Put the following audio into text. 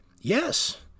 Yes